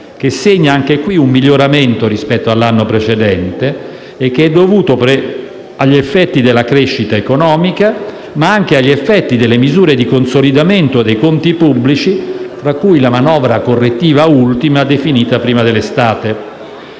si registra un miglioramento rispetto all'anno precedente, dovuto agli effetti della crescita economica, ma anche alle misure di consolidamento dei conti pubblici, tra cui la manovra correttiva definita prima dell'estate.